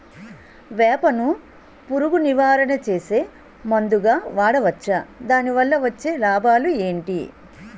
వేప ను పురుగు నివారణ చేసే మందుగా వాడవచ్చా? దాని వల్ల వచ్చే లాభాలు ఏంటి?